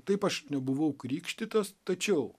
taip aš nebuvau krikštytas tačiau